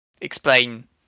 explain